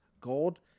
gold